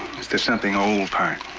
it's the something old part.